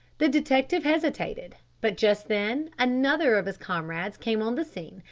the detective hesitated, but just then another of his comrades came on the scene,